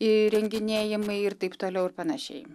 įrenginėjamai ir taip toliua ir panašiai